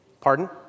Pardon